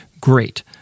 Great